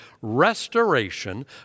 Restoration